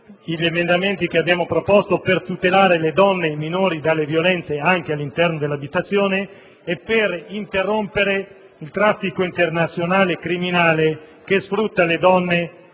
dei cittadini stranieri, per tutelare le donne e i minori dalle violenze anche all'interno dell'abitazione e per interrompere il traffico internazionale criminale che sfrutta le donne